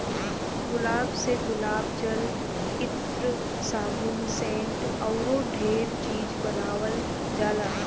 गुलाब से गुलाब जल, इत्र, साबुन, सेंट अऊरो ढेरे चीज बानावल जाला